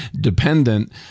dependent